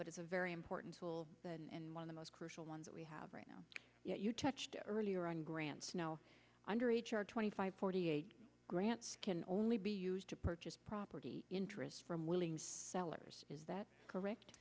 but it's a very important tool and one of the most crucial ones that we have right now you touched it earlier on grants you know under twenty five forty eight grants can only be used to purchase property interest from willing sellers is that correct